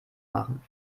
machen